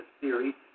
theory